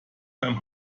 beim